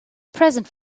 present